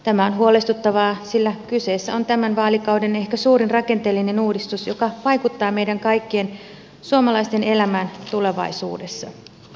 tämä on huolestuttavaa sillä kyseessä on tämän vaalikauden ehkä suurin rakenteellinen uudistus joka vaikuttaa meidän kaikkien suomalaisten elämään tulevaisuudessa